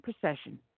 procession